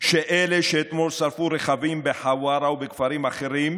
שאלה שאתמול שרפו רכבים בחווארה ובכפרים אחרים,